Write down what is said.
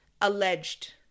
alleged